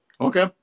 Okay